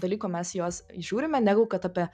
dalyko mes juos įžiūrime negu kad apie